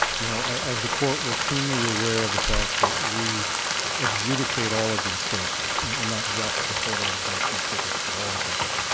you know, as the court we're keenly aware of the fact that we adjudicate all of these cases, and not just the photo enforced but tickets but all of the tickets,